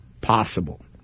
possible